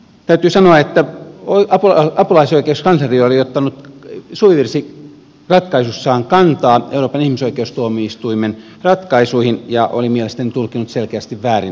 täytyy sanoa että apulaisoikeuskansleri oli ottanut suvivirsiratkaisussaan kantaa euroopan ihmisoikeustuomioistuimen ratkaisuihin ja oli mielestäni tulkinnut selkeästi väärin näitä ratkaisuja